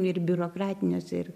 ir biurokratiniuose ir